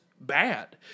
bad